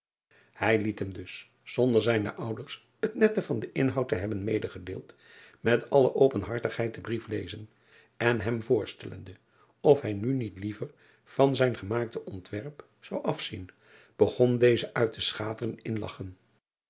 ij liet hem dus zonder zijne ouders het nette van den inhoud te hebben medegedeeld met alle openhartigheid den brief lezen en hem voorstellende of hij nu niet liever van zijn gemaakte ontwerp zou afzien begon deze uit te schateren in lagchen